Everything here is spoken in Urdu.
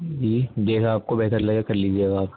جی جیسا آپ کو بہتر لگے کر لیجیے گا آپ